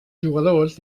jugadors